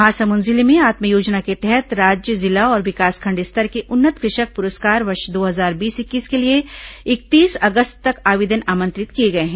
महासमुंद जिले में आत्म योजना के तहत राज्य जिला और विकासखंड स्तर के उन्नत कृषक पुरस्कार वर्ष दो हजार बीस इक्कीस के लिए इकतीस अगस्त तक आवेदन आमंत्रित किए गए हैं